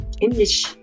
English